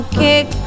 kick